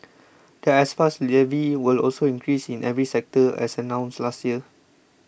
the S Pass levy will also increase in every sector as announced last year